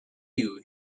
you